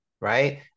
right